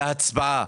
להצבעה.